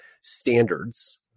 standards